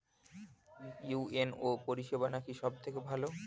UNO পরিসেবা নাকি সব থেকে ভালো?